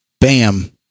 Bam